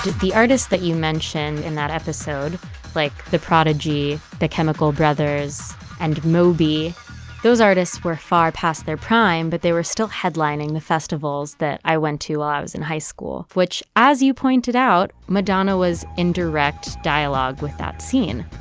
the artists that you mention in that episode like the prodigy that chemical brothers and moby those artists were far past their prime. but they were still headlining the festivals that i went to i was in high school which as you pointed out madonna was in direct dialogue with that scene